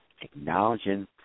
acknowledging